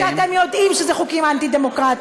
כשאתם יודעים שאלו חוקים אנטי-דמוקרטיים.